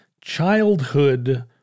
childhood